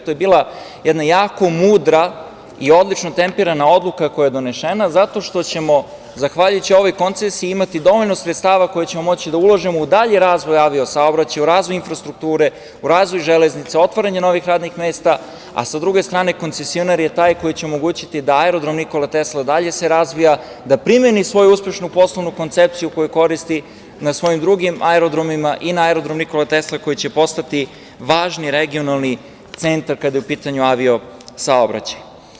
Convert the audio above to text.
To je bila jedna jako mudra i odlično tempirana odluka koja je donesena, zato što ćemo, zahvaljujući ovoj koncesiji, imati dovoljno sredstava koja ćemo moći da uložimo u dalji razvoj avio-saobraćaja, u razvoj infrastrukture, u razvoj železnice, otvaranje novih radnih mesta, a sa druge strane koncesionar je taj koji će omogućiti da se aerodrom „Nikola Tesla“ i dalje razvija, da primeni svoju uspešnu poslovnu koncepciju koju koristi na svojim drugim aerodromima, i na aerodrom „Nikola Tesla“ koji će postati važni regionalni centar kada je u pitanju avio-saobraćaj.